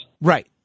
Right